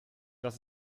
das